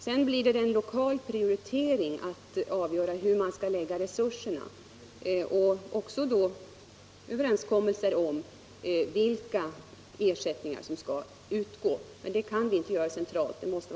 Sedan är det en lokal prioritering att fördela resurserna och att träffa överenskommelser om vilka ersättningar som skall utgå. Det kan inte avgöras centralt.